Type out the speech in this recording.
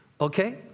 Okay